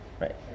Right